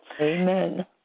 Amen